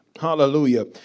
Hallelujah